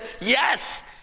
yes